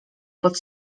pod